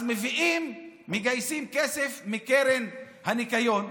אז מביאים, מגייסים כסף מקרן הניקיון,